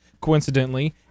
coincidentally